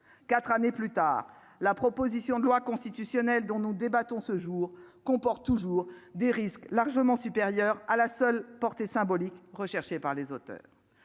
4 années plus tard, la proposition de loi constitutionnelle dont nous débattons ce jour comporte toujours des risques, largement supérieur à la seule portée symbolique, recherché par les auteurs,